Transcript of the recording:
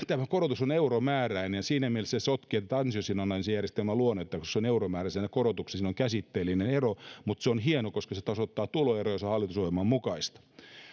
tämä korotus on euromääräinen ja siinä mielessä se sotkee tätä ansiosidonnaisen järjestelmän luonnetta koska euromääräisenä korotuksena siinä on käsitteellinen ero mutta se on hieno koska se tasoittaa tuloeroja ja se on hallitusohjelman mukaista